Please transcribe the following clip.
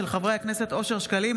של חברי הכנסת אושר שקלים,